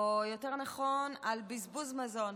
או יותר נכון על בזבוז מזון.